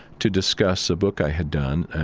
to discuss a book i had done